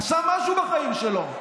עשה משהו בחיים שלו.